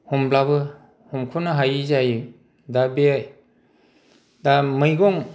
हमब्लाबो हमख'नो हायै जायो दा बे दा मैगं